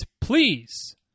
please